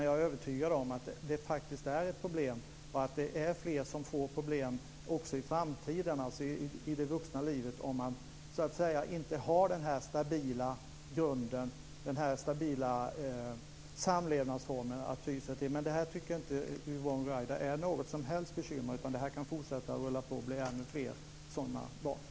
Jag är övertygad om att det faktiskt är ett problem och att fler får problem i framtiden, i vuxenlivet, om de inte får växa upp på den stabila grund som denna samlevnadsform innebär. Yvonne Ruwaida tycker inte att det är något som helst bekymmer. Det kan fortsätta och rulla på, och det kan bli ännu fler sådana barn.